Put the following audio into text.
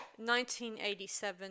1987